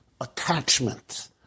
attachment